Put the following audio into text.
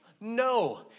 No